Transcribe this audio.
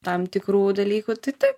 tam tikrų dalykų tai taip